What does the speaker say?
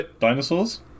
Dinosaurs